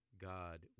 God